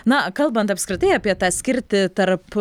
na kalbant apskritai apie tą skirtį tarp